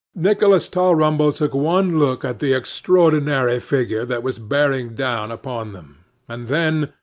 nicholas tulrumble took one look at the extraordinary figure that was bearing down upon them and then,